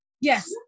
Yes